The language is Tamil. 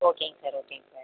ஓகேங்க சார் ஓகேங்க சார்